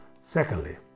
secondly